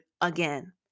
again